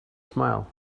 smile